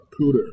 Cooter